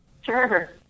Sure